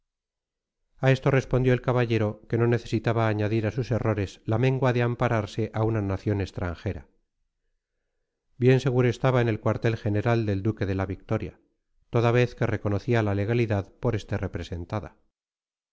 a esto respondió el caballero que no necesitaba añadir a sus errores la mengua de ampararse a una nación extranjera bien seguro estaba en el cuartel general del duque de la victoria toda vez que reconocía la legalidad por este representada